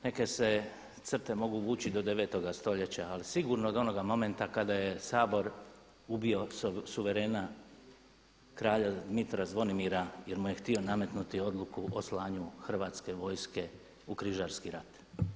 Neke se crte mogu vući do 9 stoljeća, ali sigurno od onoga momenta kada je Sabor ubio suverena kralja Dmitra Zvonimira jer mu je htio nametnuti odluku o slanju hrvatske vojske u križarski rat.